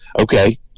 okay